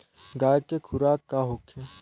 गाय के खुराक का होखे?